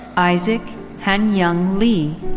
issac hanyoung lee.